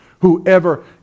whoever